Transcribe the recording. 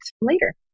later